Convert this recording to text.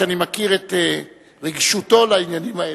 שאני מכיר את רגישותו לעניינים האלה,